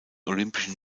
olympischen